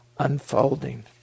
unfolding